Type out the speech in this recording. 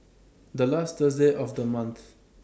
The last Thursday of The month